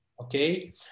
Okay